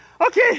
Okay